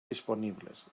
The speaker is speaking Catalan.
disponibles